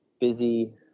busy